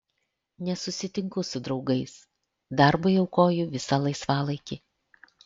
nesusitinku su draugais darbui aukoju visą laisvalaikį